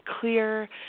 clear